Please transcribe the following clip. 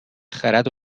خرد